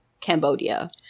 Cambodia